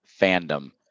fandom